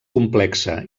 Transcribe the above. complexa